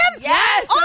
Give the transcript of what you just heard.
Yes